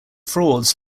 frauds